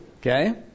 okay